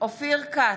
אופיר כץ,